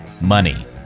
money